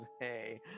hey